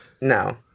No